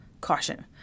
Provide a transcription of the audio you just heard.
Caution